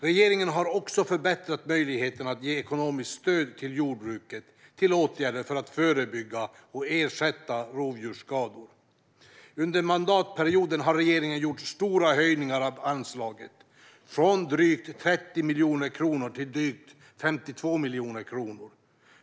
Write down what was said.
Regeringen har också förbättrat möjligheten att ge ekonomiskt stöd till jordbruket för åtgärder för att förebygga och ersätta rovdjursskador. Under mandatperioden har regeringen gjort stora höjningar av anslaget, från drygt 30 miljoner kronor till drygt 52 miljoner kronor.